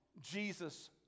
Jesus